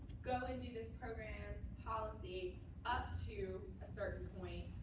go and do this program policy up to a certain point,